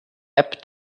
app